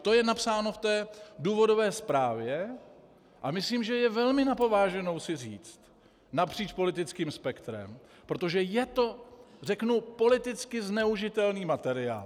To je napsáno v důvodové zprávě a myslím, že je velmi na pováženou si říct napříč politickým spektrem, protože je to, řeknu, potom politicky zneužitelný materiál.